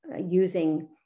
using